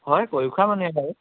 হয় কৰি খোৱা মানুহেই বাৰু